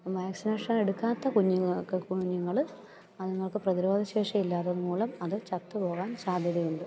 vaccination എടുക്കാത്ത കുഞ്ഞുങ്ങൾക്ക് കുഞ്ഞുങ്ങൾ അത്ങ്ങൾക്ക് പ്രതിരോധശേഷി ഇല്ലാത്തത് മൂലം അത് ചത്തു പോകാൻ സാധ്യതയുണ്ട്